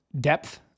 depth